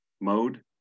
mode